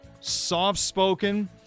soft-spoken